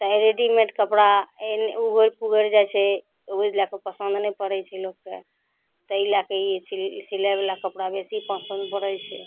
तेँ रेडिमेड कपड़ा एन्ने उघरि पुघरि जाए छै ओहि लैके पसन्द नहि पड़ै छै लोककेँ तेँ लैके ई सिल सिलाइवला कपड़ा बेसी पसन्द पड़ै छै